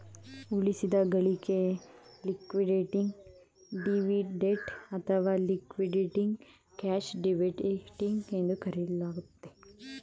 ಉಳಿಸಿದ ಗಳಿಕೆ liquidating dividend ಅಥವಾ ಲಿಕ್ವಿಡೇಟಿಂಗ್ ಕ್ಯಾಶ್ ಡಿವಿಡೆಂಡ್ ಎಂದು ಕರೆಯಲಾಗುತ್ತೆ